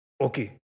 Okay